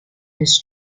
his